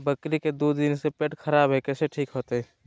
बकरी के दू दिन से पेट खराब है, कैसे ठीक होतैय?